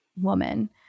woman